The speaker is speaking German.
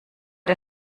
der